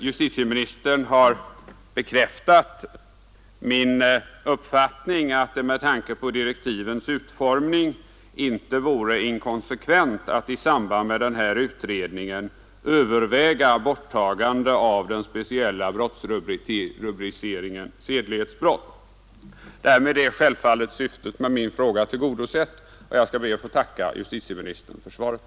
Justitieministern har bekräftat min uppfattning att det med tanke på direktivens utformning inte vore inkonsekvent att i samband med den här utredningen överväga borttagande av den speciella brottsrubriceringen ”sedlighetsbrott”. Därmed är självfallet syftet med min fråga tillgodosett och jag skall be att få tacka justitieministern för svaret.